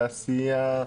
תעשיה,